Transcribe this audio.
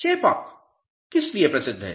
चेपॉक किस लिए प्रसिद्ध है